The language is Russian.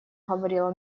говорила